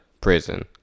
prison